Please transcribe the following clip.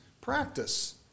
practice